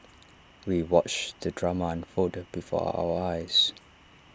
we watched the drama unfold before our eyes